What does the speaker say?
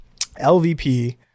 LVP